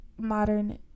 modern